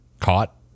caught